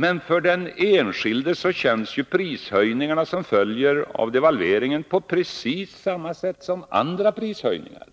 Men för den enskilde känns prishöjningarna som följer med devalveringen på precis samma sätt som andra prishöjningar.